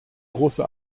große